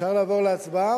אפשר לעבור להצבעה,